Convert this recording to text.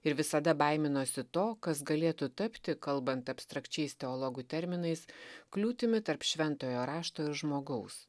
ir visada baiminosi to kas galėtų tapti kalbant abstrakčiais teologų terminais kliūtimi tarp šventojo rašto ir žmogaus